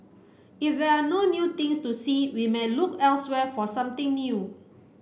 if there are no new things to see we may look elsewhere for something new